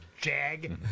jag